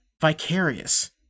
Vicarious